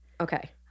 Okay